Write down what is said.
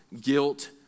guilt